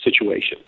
situation